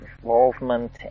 involvement